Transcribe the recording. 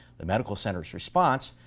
the medical center's response,